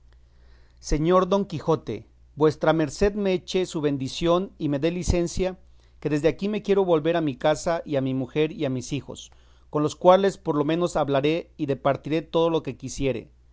señor don quijote vuestra merced me eche su bendición y me dé licencia que desde aquí me quiero volver a mi casa y a mi mujer y a mis hijos con los cuales por lo menos hablaré y departiré todo lo que quisiere